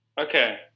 Okay